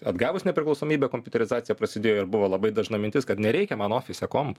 atgavus nepriklausomybę kompiuterizacija prasidėjo ir buvo labai dažna mintis kad nereikia man ofise kompo